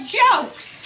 jokes